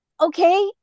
okay